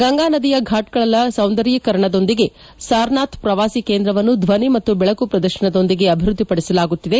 ಗಂಗಾ ನದಿಯ ಫಾಟ್ಗಳ ಸೌಂದರ್್ಲೀಕರಣದೊಂದಿಗೆ ಸಾರನಾಥ್ ಪ್ರವಾಸಿ ಕೇಂದ್ರವನ್ನು ಧ್ವನಿ ಮತ್ತು ಬೆಳಕು ಶ್ರದರ್ಶನದೊಂದಿಗೆ ಅಭಿವೃದ್ಧಿಪಡಿಸಲಾಗುತ್ತಿದೆ